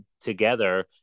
together